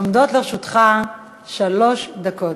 עומדות לרשותך שלוש דקות.